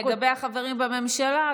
לגבי החברים בממשלה,